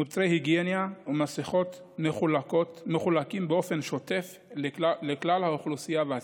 מוצרי היגיינה ומסכות מחולקים באופן שוטף לכלל האוכלוסייה והסגל,